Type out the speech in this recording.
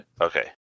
Okay